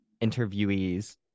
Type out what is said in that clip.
interviewees